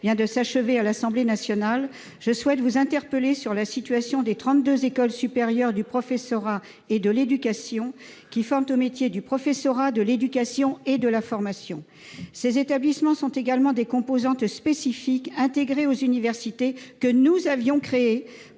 vient de s'achever à l'Assemblée nationale, je souhaite vous interpeller sur la situation des trente-deux écoles supérieures du professorat et de l'éducation, les ÉSPÉ, qui forment aux métiers du professorat, de l'éducation et de la formation. Ces établissements sont également des composantes spécifiques, intégrées aux universités, que nous avions créés